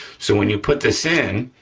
so, when you put this in,